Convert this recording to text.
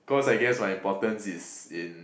cause I guess my importance is in